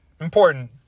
important